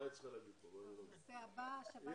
הישיבה ננעלה בשעה 10:00.